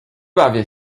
bawię